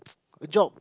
a job